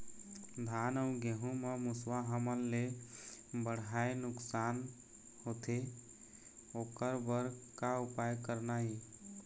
धान अउ गेहूं म मुसवा हमन ले बड़हाए नुकसान होथे ओकर बर का उपाय करना ये?